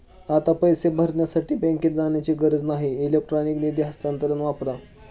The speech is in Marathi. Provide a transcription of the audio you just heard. आता पैसे भरण्यासाठी बँकेत जाण्याची गरज नाही इलेक्ट्रॉनिक निधी हस्तांतरण वापरा